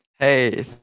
Hey